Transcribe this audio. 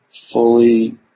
fully